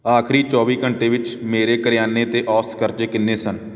ਆਖ਼ਰੀ ਚੌਵੀ ਘੰਟੇ ਵਿੱਚ ਮੇਰੇ ਕਰਿਆਨੇ 'ਤੇ ਔਸਤ ਕਰਜ਼ੇ ਕਿੰਨੇ ਸਨ